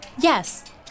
Yes